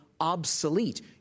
obsolete